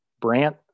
Brant